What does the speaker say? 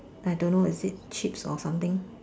I don't know what is it chips or something